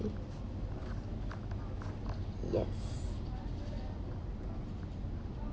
yes